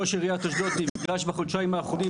ראש עיריית אשדוד נפגש בחודשיים האחרונים